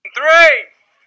three